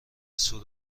سور